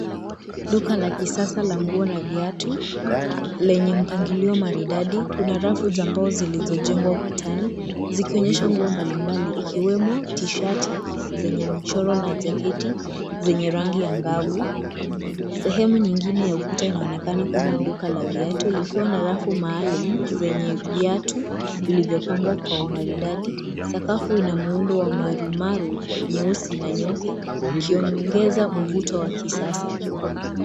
Duka la kisasa la nguo na viatu lenye mpangilio maridadi. Kuna rafu za mbao zilizojengwa ukutani zikionyesha nguo mbalimbali zikiwemo T-shirt zenye michoro na jaketi za rangi ang’avu. Sehemu nyingine ya ukuta inaonekana kama duka la viatu, ikiwa na rafu maalumu zilizojaa viatu